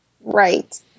Right